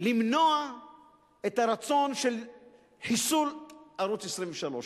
ולמנוע את הרצון לחיסול ערוץ-23.